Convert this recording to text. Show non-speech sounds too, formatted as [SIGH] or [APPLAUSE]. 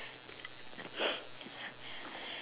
[NOISE]